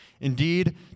Indeed